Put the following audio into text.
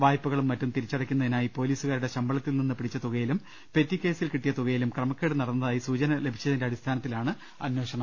വായ്പകളും മറ്റും തിരിച്ചടയ്ക്കുന്നതിനായി പൊലീസുകാരുടെ ശമ്പളത്തിൽ നിന്ന് പിടിച്ച തുകയിലും പെറ്റി കേസിൽ കിട്ടിയ തുകയിലും ക്രമക്കേട് നടന്നതായി സൂചന ലഭിച്ചതിന്റെ അടിസ്ഥാനത്തിലാണ് അന്വേഷണം